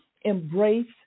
embrace